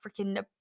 freaking